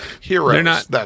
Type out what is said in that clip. heroes